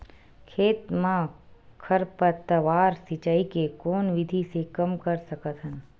खेत म खरपतवार सिंचाई के कोन विधि से कम कर सकथन?